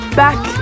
back